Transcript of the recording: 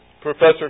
professor